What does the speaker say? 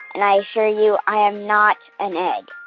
and i assure you i am not an egg